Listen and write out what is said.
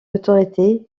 autorité